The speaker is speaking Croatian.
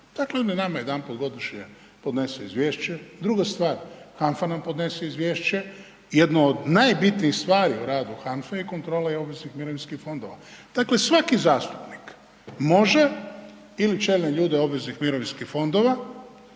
Dakle, oni nama jedanput godišnje podnese izvješće, druga stvar, HANFA nam podnese izvješće, jedna od najbitnijih stvari o radu HANFA-e je kontrola i obveznih mirovinskih fondova. Dakle, svaki zastupnik može ili čelne ljude obveznih mirovinskih fondova